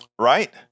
Right